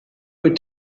were